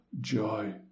joy